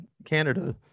canada